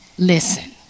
listen